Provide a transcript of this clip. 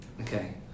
Okay